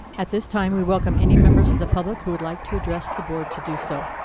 at this time, we welcome any members of the public who would like to address the board to do so.